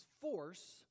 force